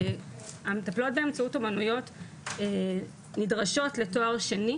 המטפלות באמצעות אומנויות נדרשות לתואר שני,